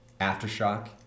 aftershock